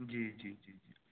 جی جی جی جی